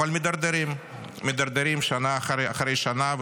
אבל מידרדרים שנה אחרי שנה,